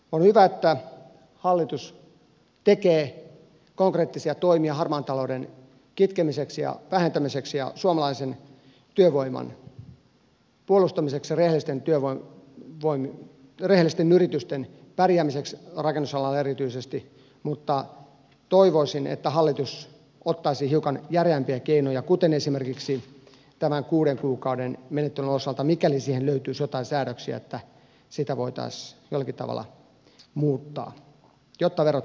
on hyvä että hallitus tekee konkreettisia toimia harmaan talouden kitkemiseksi ja vähentämiseksi ja suomalaisen työvoiman puolustamiseksi ja rehellisten yritysten pärjäämiseksi rakennusalalla erityisesti mutta toivoisin että hallitus ottaisi hiukan järeämpiä keinoja kuten esimerkiksi tämän kuuden kuukauden menettelyn osalta mikäli siihen löytyisi joitain säädöksiä että sitä voitaisiin jollakin tavalla muuttaa jotta verot saataisiin suomeen